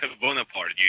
Bonaparte